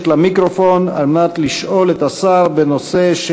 למיקרופון על מנת לשאול את השר בנושא: